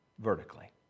vertically